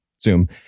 Zoom